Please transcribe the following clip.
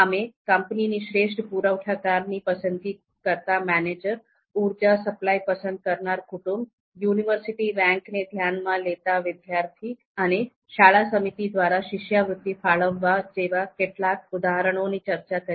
અમે કંપની શ્રેષ્ઠ પુરવઠાકાર ની પસંદગી કરતા મેનેજર ઉર્જા સપ્લાય પસંદ કરનાર કુટુંબ યુનિવર્સિટી રેન્કિંગ ને ધ્યાનમાં લેતા વિદ્યાર્થી અને શાળા સમિતિ દ્વારા શિષ્યવૃત્તિ ફાળવવા જેવા કેટલાક ઉદાહરણો ની ચર્ચા કરી